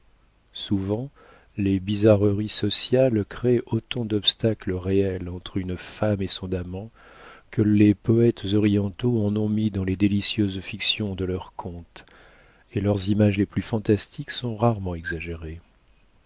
souvent les bizarreries sociales créent autant d'obstacles réels entre une femme et son amant que les poètes orientaux en ont mis dans les délicieuses fictions de leurs contes et leurs images les plus fantastiques sont rarement exagérées